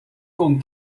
con